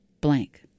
blank